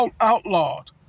outlawed